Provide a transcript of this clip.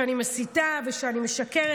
שאני מסיתה ושאני משקרת,